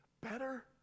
better